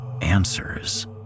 answers